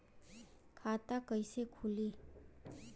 खाता कइसे खुली?